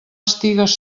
estigues